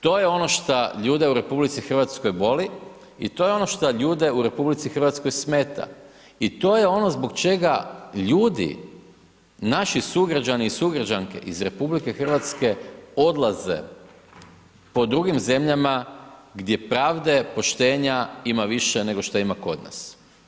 To je ono šta ljude u RH boli i to je ono šta ljude u RH smeta i to je ono zbog čega ljudi, naši sugrađani i sugrađanke iz RH odlaze po drugim zemljama gdje pravde, poštenja, ima više, nego što ima kod nas.